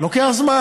לוקח זמן.